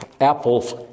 Apples